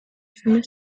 femelle